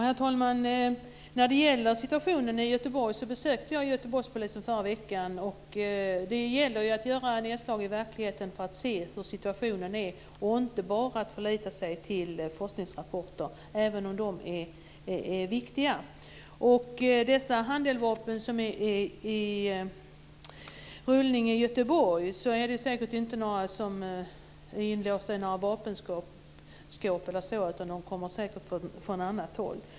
Herr talman! Jag besökte Göteborgspolisen i förra veckan. Det gäller att göra nedslag i verkligheten för att se hur situationen är och inte bara att förlita sig till forskningsrapporter, även om de är viktiga. De vapen som är i rullning i Göteborg är säkert inte sådana som var inlåsta i ett vapenskåp utan kommer säker från annat håll.